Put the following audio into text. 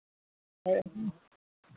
ᱦᱳᱭ